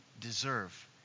deserve